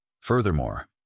Furthermore